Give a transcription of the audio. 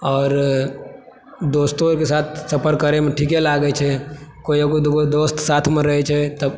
आओर दोस्त ओ के साथ सफर करय मे ठीके लागै छै कोइ एकगो दूगो दोस्त साथमे रहै छै